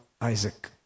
Isaac